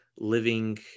living